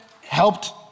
helped